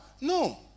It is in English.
No